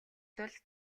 тул